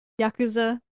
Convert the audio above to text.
Yakuza